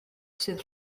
sydd